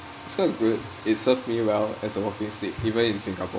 it's quite good it served me well as a walking stick even in singapore